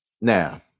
Now